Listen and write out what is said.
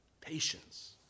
Patience